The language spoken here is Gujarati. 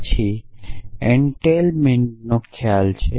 પછી એનટેઇલમેંટ નો ખ્યાલ છે